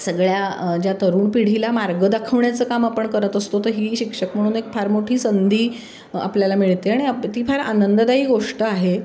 सगळ्या ज्या तरुण पिढीला मार्ग दाखवण्याचं काम आपण करत असतो त ही शिक्षक म्हणून एक फार मोठी संधी आपल्याला मिळते आणि आप ती फार आनंददायी गोष्ट आहे